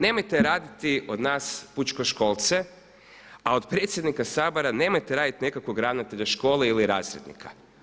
Nemojte raditi od nas pučkoškolce, a od predsjednika Sabora nemojte raditi nekakvog ravnatelja škole ili razrednika.